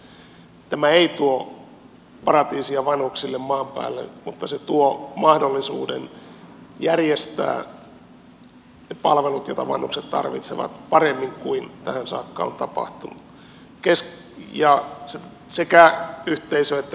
tämä ei tuo paratiisia vanhuksille maan päälle mutta se tuo mahdollisuuden järjestää ne palvelut joita vanhukset tarvitsevat paremmin kuin tähän saakka on tapahtunut sekä yhteisö että yksilötasolla